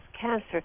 cancer